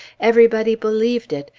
everybody believed it,